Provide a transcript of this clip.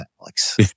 Alex